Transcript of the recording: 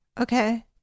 Okay